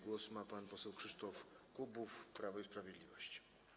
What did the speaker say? Głos ma pan poseł Krzysztof Kubów, Prawo i Sprawiedliwość.